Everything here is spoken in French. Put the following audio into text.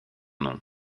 nom